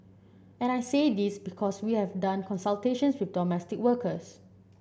and I say this because we have done consultations with domestic workers